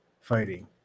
fighting